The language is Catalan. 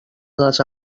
les